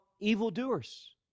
evildoers